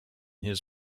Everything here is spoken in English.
his